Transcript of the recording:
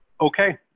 Okay